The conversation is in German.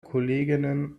kolleginnen